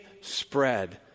spread